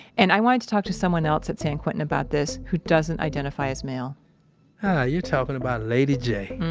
and i wanted to talk to someone else at san quentin about this who doesn't identify as male ah. you're talking about lady jae